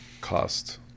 Cost